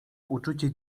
uczucie